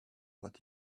but